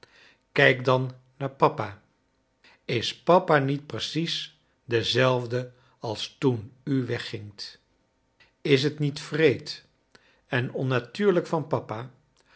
kijk dan naar papa is papa niet precies dezelfde als toen u weggingt is t niet wreed en onnatuurlijk van papa